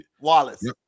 Wallace